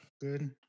Good